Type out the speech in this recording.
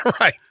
Right